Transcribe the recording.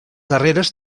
darreres